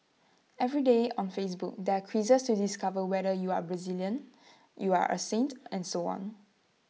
every day on Facebook there are quizzes to discover whether you are Brazilian you are A saint and so on